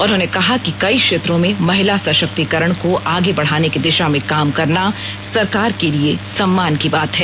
उन्होंने कहा कि विभिन्न क्षेत्रों में महिला सशक्तीकरण को आगे बढ़ाने की दिशा में काम करना उनकी सरकार के लिए सम्मान का विषय है